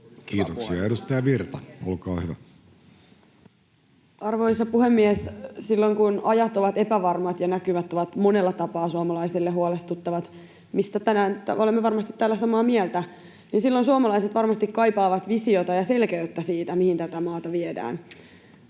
Kiitoksia. — Edustaja Virta, olkaa hyvä. Arvoisa puhemies! Silloin kun ajat ovat epävarmat ja näkymät ovat monella tapaa suomalaisille huolestuttavat, mistä varmasti olemme tänään täällä samaa mieltä, niin silloin suomalaiset varmasti kaipaavat visiota ja selkeyttä siihen, mihin tätä maata viedään.